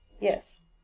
Yes